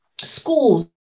schools